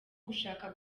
gushaka